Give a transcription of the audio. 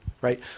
right